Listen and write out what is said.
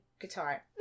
guitar